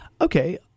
okay